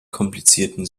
komplizierten